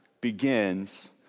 begins